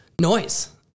noise